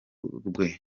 rwe